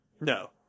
No